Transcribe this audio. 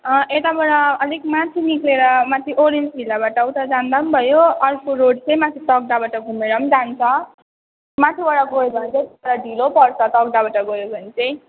अँ एताबाट अलिक माथि निस्केर माथि ओरेन्ज भिल्लाबाट उता जाँदा पनि भयो अर्को रोड चाहिँ माथि तकदाहबाट घुमेर पनि जान्छ माथिबाट गयो भने चाहिँ तर ढिलो पर्छ तकदाहबाट गयो भने चाहिँ